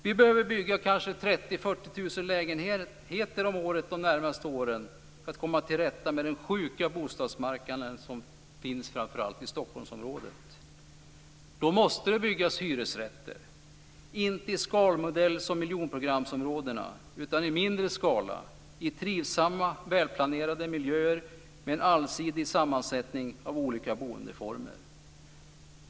Vi behöver bygga kanske 30 000-40 000 lägenheter om året de närmaste åren för att komma till rätta med den sjuka bostadsmarknaden, som finns framför allt i Stockholmsområdet. Då måste det byggas hyresrätter, inte i skalmodell som miljonprogramsområdena, utan i mindre skala i trivsamma, välplanerade miljöer med en allsidig sammansättning av olika boendeformer. Fru talman!